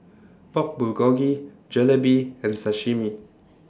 Pork Bulgogi Jalebi and Sashimi